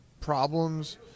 problems